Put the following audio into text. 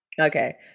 Okay